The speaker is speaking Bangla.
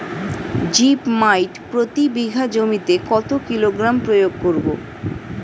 জিপ মাইট প্রতি বিঘা জমিতে কত কিলোগ্রাম প্রয়োগ করব?